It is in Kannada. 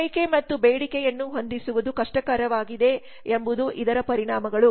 ಪೂರೈಕೆ ಮತ್ತು ಬೇಡಿಕೆಯನ್ನು ಹೊಂದಿಸುವುದು ಕಷ್ಟಕರವಾಗಿದೆ ಎಂಬುದು ಇದರ ಪರಿಣಾಮಗಳು